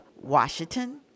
Washington